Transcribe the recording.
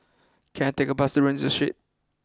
can I take a bus to Rienzi Street